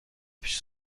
پیش